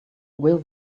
will